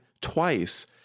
twice